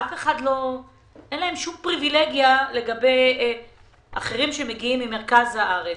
אין להם שום פריבילגיה לעומת אחרים שמגיעים ממרכז הארץ.